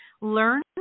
Learn